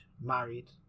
married